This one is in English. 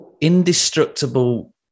indestructible